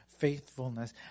Faithfulness